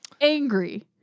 Angry